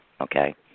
Okay